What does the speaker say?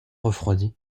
refroidi